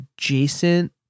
adjacent